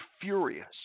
furious